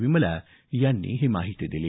विमला यांनी ही माहिती दिली